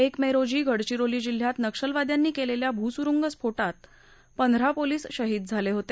एक मे रोजी गडचिरोली जिल्ह्यात नक्षलवाद्यांनी केलेल्या भूसुरुंग स्फोटात पंधरा पोलिस शहीद झाले होते